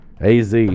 AZ